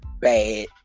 bad